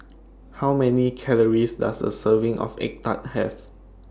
How Many Calories Does A Serving of Egg Tart Have